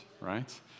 right